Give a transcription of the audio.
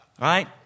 Right